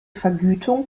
vergütung